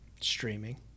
Streaming